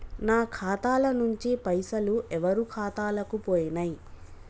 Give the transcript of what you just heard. నా ఖాతా ల నుంచి పైసలు ఎవరు ఖాతాలకు పోయినయ్?